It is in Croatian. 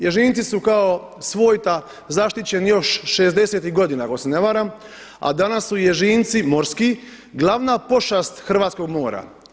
Ježinci su kao svojta zaštićeni još '60.-tih godina ako se ne varam a danas su ježinci morski glavna pošast hrvatskog mora.